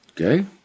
Okay